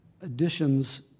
additions